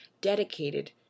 dedicated